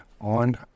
on